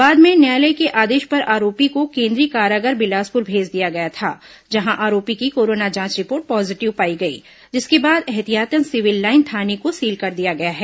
बाद में न्यायालय के आदेश पर आरोपी को केंद्रीय कारागार बिलासपुर भेज दिया गया था जहां आरोपी की कोरोना जांच रिपोर्ट पॉजीटिव पाई गई जिसके बाद एहतियातन सिविल लाइन थाने को सील कर दिया गया है